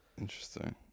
Interesting